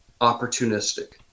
opportunistic